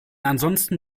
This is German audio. ansonsten